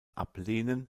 ablehnen